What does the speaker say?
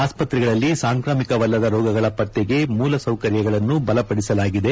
ಆಸ್ಪತ್ರೆಗಳಲ್ಲಿ ಸಾಂಕ್ರಾಮಿಕವಲ್ಲದ ರೋಗಗಳ ಪತ್ತೆಗೆ ಮೂಲ ಸೌಕರ್ಯಗಳನ್ನು ಬಲಪಡಿಸಲಾಗಿದೆ